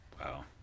Wow